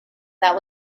that